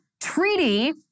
treaty